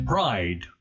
Pride